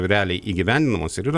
realiai įgyvendinamos ir yra